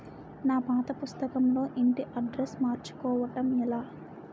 నా పాస్ పుస్తకం లో ఇంటి అడ్రెస్స్ మార్చుకోవటం ఎలా?